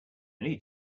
need